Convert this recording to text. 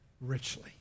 richly